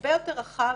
הרבה יותר רחב